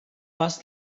pas